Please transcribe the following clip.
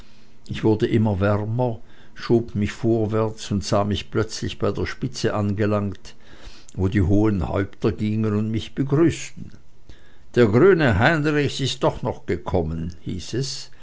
ich wurde immer wärmer schob mich vorwärts und sah mich plötzlich bei der spitze angelangt wo die hohen häupter gingen und mich begrüßten der grüne heinrich ist doch noch gekommen hieß es